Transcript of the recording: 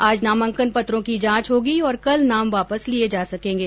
आज नामांकन पत्रों की जांच होगी और कल नाम वापस लिए जा सकेंगे